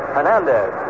Hernandez